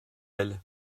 elle